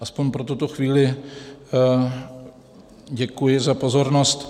Aspoň pro tuto chvíli děkuji za pozornost.